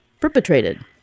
perpetrated